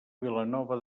vilanova